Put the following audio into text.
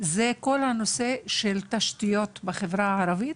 זה כל הנושא של תשתיות בחברה הערבית.